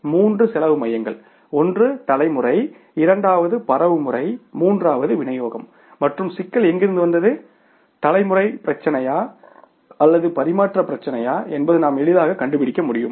இவை மூன்று காஸ்ட் சென்டர்ங்கள் ஒன்று தலைமுறை இரண்டாவதாக பரவுமுறை மூன்றாவது விநியோகம் மற்றும் சிக்கல் எங்கிருந்து வந்தது தலைமுறை பிரச்சினையா அல்லது பரிமாற்ற பிரச்சனையா என்பதை நாம் எளிதாக கண்டுபிடிக்க முடியும்